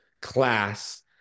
class